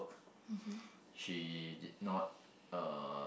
she did not uh